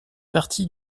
partie